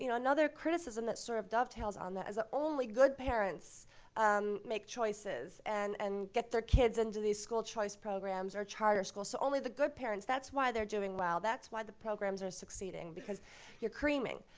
you know another criticism that sort of dovetails on that is that only good parents um make choices and and get their kids into these school choice programs or charter schools. so only the good parents that's why they're doing well. that's why the programs are succeeding, because you're creaming.